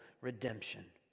redemption